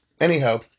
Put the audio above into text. Anyhow